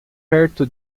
perto